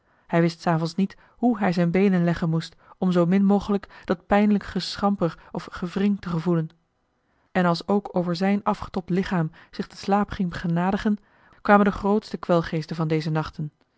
hij wist s avonds niet hoe hij zijn beenen leggen moest om zoo min mogelijk dat pijnlijk geschamper of gewring te gevoelen en als ook over zijn afgetobd lichaam zich de slaap ging begenadigen kwamen de grootste kwelgeesten van deze nachten